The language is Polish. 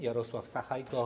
Jarosław Sachajko.